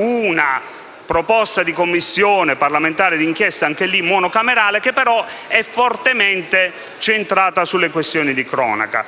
una Commissione parlamentare d'inchiesta monocamerale che però è fortemente centrata sulle questioni di cronaca.